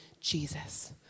Jesus